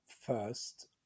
first